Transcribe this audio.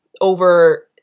over